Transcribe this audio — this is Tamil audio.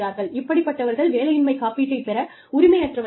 இப்படிப்பட்டவர்கள் வேலையின்மை காப்பீட்டை பெற உரிமையற்றவர்கள் ஆவர்